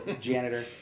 janitor